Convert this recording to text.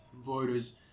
voters